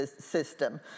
system